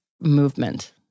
Movement